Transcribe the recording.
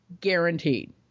Guaranteed